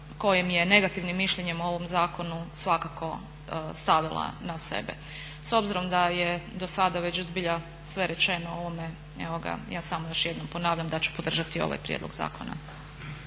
kojim je negativnim mišljenjem o ovom zakonu svakako stavila na sebe. S obzirom da je dosada već zbilja sve rečeno o ovome evo ga ja samo još jednom ponavljam da ću podržati ovaj prijedlog zakona.